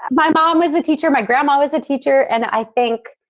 my mom was a teacher. my grandma was a teacher. and i think,